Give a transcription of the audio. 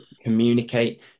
communicate